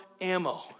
ammo